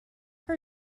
her